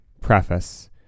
Preface